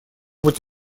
быть